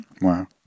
Wow